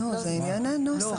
זה ענייני נוסח